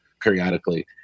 periodically